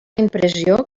impressió